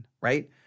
right